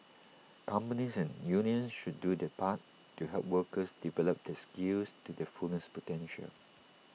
companies and unions should do their part to help workers develop their skills to their fullest potential